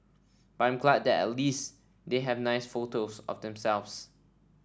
but I'm glad that at least they have nice photos of themselves